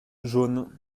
jaunes